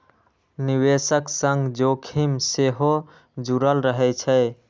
निवेशक संग जोखिम सेहो जुड़ल रहै छै